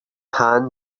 hand